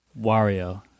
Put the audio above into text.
Wario